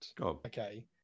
Okay